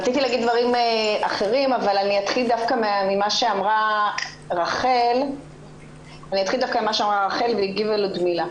רציתי להגיד דברים אחרים אבל אתחיל דווקא ממה שאמרה רחל והגיבה לודמילה.